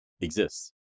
exists